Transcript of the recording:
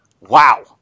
Wow